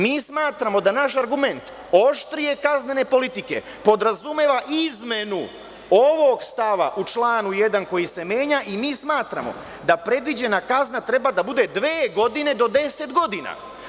Mi smatramo da naš argument oštrije kaznene politike podrazumeva izmenu ovog stava u članu 1. koji se menja smatramo da predviđena kazna treba da bude dve godine do deset godina.